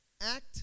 act